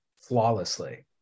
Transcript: flawlessly